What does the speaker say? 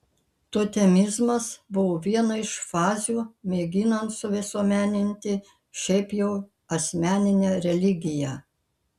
totemizmas buvo viena iš fazių mėginant suvisuomeninti šiaip jau asmeninę religiją